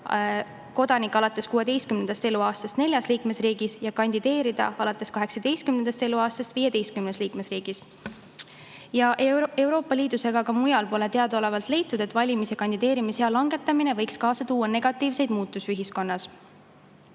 kodanik alates 16. eluaastast neljas liikmesriigis ja kandideerida alates 18. eluaastast 15 liikmesriigis. Euroopa Liidus ega ka mujal pole teadaolevalt leitud, et valimis- ja kandideerimissea langetamine võiks kaasa tuua negatiivseid muutusi ühiskonnas.